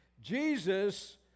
Jesus